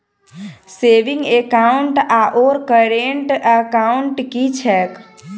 Saving account आओर current account की छैक?